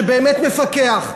שבאמת מפקח.